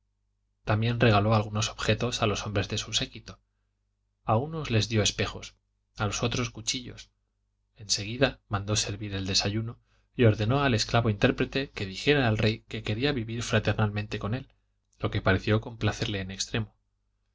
también regaló algunos objetos a los hombres de su séquito a unos les dio espejos a los otros cuchillos en seguida mandó servir el desayuno y ordenó al esclavo intérprete que dijera al rey que quería vivir fraternalmente con él lo que pareció complacerle en extremo